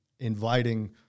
Inviting